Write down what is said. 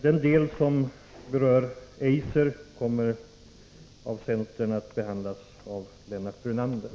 Den del av ärendet som berör Eiser kommer från centern att behandlas av Lennart Brunander.